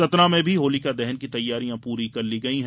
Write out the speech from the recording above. सतना में भी होलिका दहन की तैयारियां पूरी कर ली गई हैं